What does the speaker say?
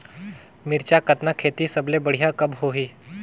मिरचा कतना खेती सबले बढ़िया कब होही?